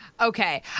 Okay